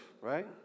right